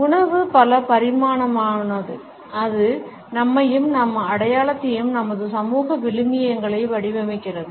உணவு பல பரிமாணாமமானது அது நம்மையும் நம் அடையாளத்தையும் நமது சமூக விழுமியங்களை வடிவமைக்கிறது